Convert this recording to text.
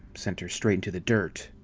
sent her straight into the dirt.